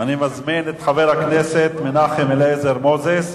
מזמין את חבר הכנסת מנחם אליעזר מוזס,